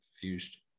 fused